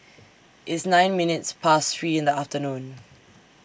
It's nine minutes Past three in The afternoon